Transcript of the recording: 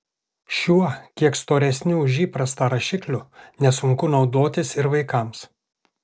šiuo kiek storesniu už įprastą rašikliu nesunku naudotis ir vaikams